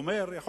אומר לאמריקנים,